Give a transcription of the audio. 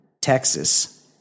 Texas